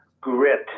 grit